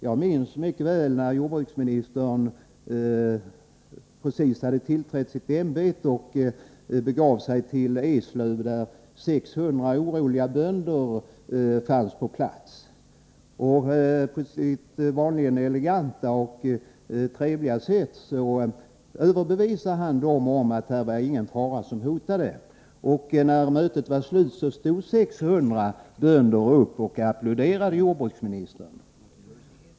Jag minns mycket väl när jordbruksministern precis hade tillträtt sitt ämbete och begav sig till Eslöv där 600 oroliga bönder fanns på plats. På sitt vanliga eleganta och trevliga sätt överbevisade jordbruksministern dem om att inga faror hotade dem. När mötet var slut stod 600 bönder upp och applåderade jordbruksministern.